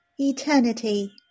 eternity